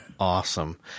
Awesome